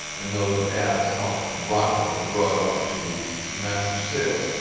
and those ads helped to rocket the drug up to massive sales.